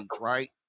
right